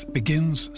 begins